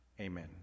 Amen